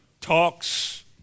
talks